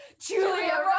Julia